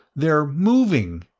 they're moving!